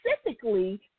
specifically